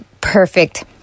perfect